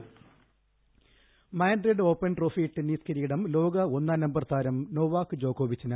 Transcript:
voice Madrid open trophy tennis കിരീടം ലോക ഒന്നാം നമ്പർ താരം ജോവാക്ക് ജോക്കോവിച്ചിന്